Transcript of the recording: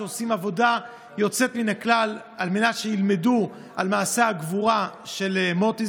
שעושים עבודה יוצאת מן הכלל על מנת שילמדו על מעשה הגבורה של מוטי,